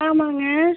ஆமாங்க